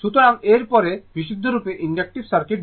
সুতরাং এরপরে বিশুদ্ধভাবে ইন্ডাক্টিভ সার্কিট